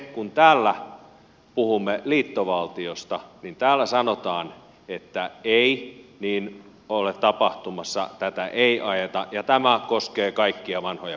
kun täällä puhumme liittovaltiosta niin täällä sanotaan että ei niin ole tapahtumassa tätä ei ajeta ja tämä koskee kaikkia vanhoja puolueita